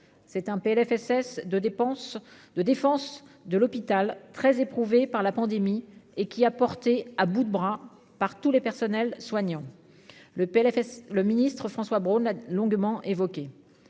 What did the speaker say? de dépenses de défense de l'hôpital très éprouvés par la pandémie et qui a porté à bout de bras par tous les personnels soignants le PLFSS le ministre François Braun a longuement évoqué